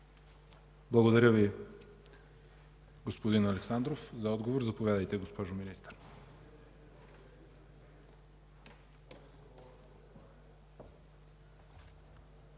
Благодаря Ви, господин Александров. За отговор – заповядайте, госпожо Министър.